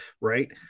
Right